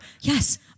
Yes